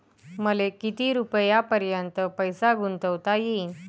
मले किती रुपयापर्यंत पैसा गुंतवता येईन?